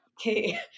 okay